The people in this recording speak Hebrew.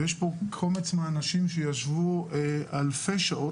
ויש פה קומץ מהאנשים שישבו אלפי שעות,